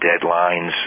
deadlines